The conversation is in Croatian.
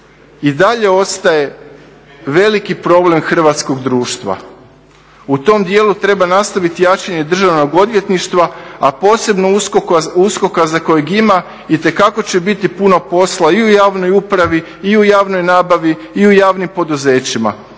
i dalje ostaje veliki problem hrvatskog društva. U tom dijelu treba nastaviti jačanje Državnog odvjetništva, a posebno USKOK-a za kojeg ima, itekako će biti puno posla i u javnoj upravi i u javnoj nabavi i u javnim poduzećima.